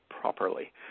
properly